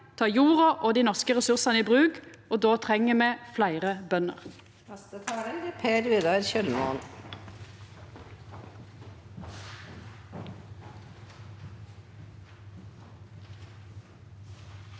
ta jorda og dei norske ressursane i bruk, og då treng me fleire bønder.